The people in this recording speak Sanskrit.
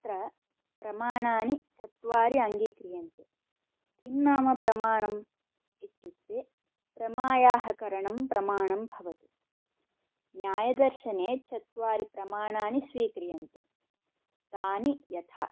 तत्र प्रमाणानि चत्वारि अङ्गीक्रियन्ते किं नाम प्रमाणम् इत्युक्ते प्रमायाः करणं प्रमाणं भवति न्यायदर्शने चत्वारि प्रमाणानि स्वीक्रियन्ते तानि यथा